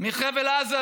מחבל עזה,